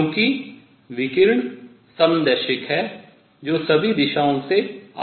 क्योंकि विकिरण समदैशिक है जो सभी दिशाओं से आ रहा है